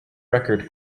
record